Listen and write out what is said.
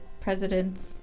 presidents